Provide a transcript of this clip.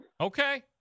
Okay